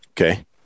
Okay